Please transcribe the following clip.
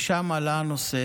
ושם עלה הנושא